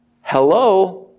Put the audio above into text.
Hello